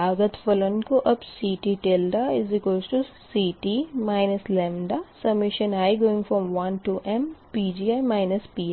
लागत फलन को अब CTCT λi1mPgi